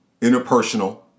interpersonal